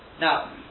Now